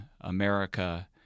America